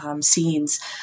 scenes